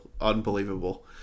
unbelievable